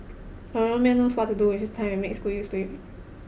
a real man knows what to do with his time and makes good use of it